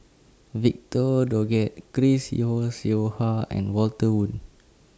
Victor Doggett Chris Yeo Siew Yeo Hua and Walter Woon